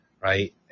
right